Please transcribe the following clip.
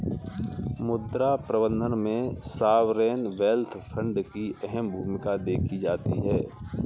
मुद्रा प्रबन्धन में सॉवरेन वेल्थ फंड की अहम भूमिका देखी जाती है